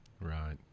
Right